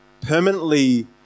permanently